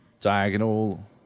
diagonal